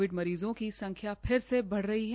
Covid मरीजों की संख्या फिर से बढ़ रही है